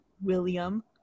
william